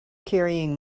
carrying